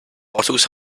bottles